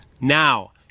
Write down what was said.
Now